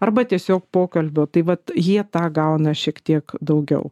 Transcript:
arba tiesiog pokalbio tai vat jie tą gauna šiek tiek daugiau